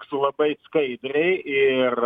su labai skaidriai ir